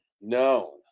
No